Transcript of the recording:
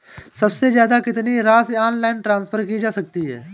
सबसे ज़्यादा कितनी राशि ऑनलाइन ट्रांसफर की जा सकती है?